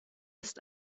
ist